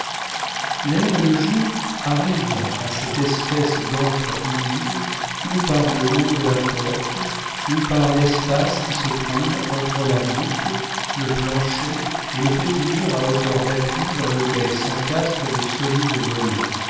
l'air et le jour arrivent à cette espèce d'antre humide ou par le haut de la porte ou par l'espace qui se trouve entre la voûte le plancher et le petit mur à hauteur d'appui dans lequel s'encastrent de solides volets